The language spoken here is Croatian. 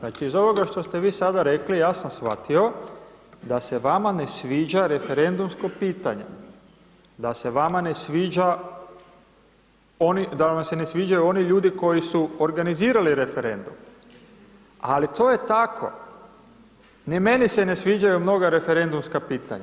Znači, iz ovoga što ste vi sada rekli, ja sam shvatio da se vama ne sviđa referendumsko pitanje, da se vama ne sviđa oni, da vam se ne sviđaju oni ljudi koji su organizirali referendum, ali to je tako, ni meni se ne sviđaju mnoga referendumska pitanja.